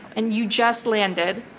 and you just landed?